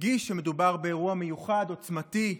הרגיש שמדובר באירוע מיוחד, עוצמתי,